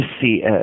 see